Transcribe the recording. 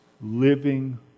living